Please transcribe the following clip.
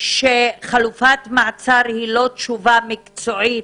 שחלופת מעצר היא לא תשובה מקצועית,